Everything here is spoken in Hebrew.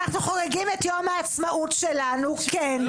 אנחנו חוגגים את יום העצמאות שלנו, כן.